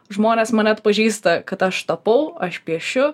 žmonės mane atpažįsta kad aš tapau aš piešiu